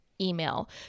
email